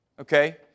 okay